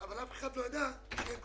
אבל אף אחד לא ידע שתהיה קורונה,